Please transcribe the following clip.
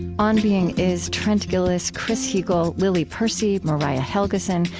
on being is trent gilliss, chris heagle, lily percy, mariah helgeson,